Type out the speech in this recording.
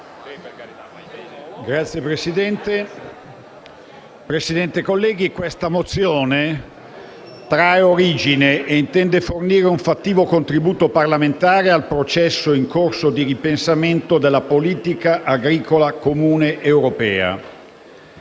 Signor Presidente, colleghi, la mozione in esame trae origine - e intende fornire un fattivo contributo parlamentare - dal processo in corso di ripensamento della Politica agricola comune europea.